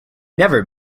never